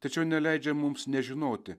tačiau neleidžia mums nežinoti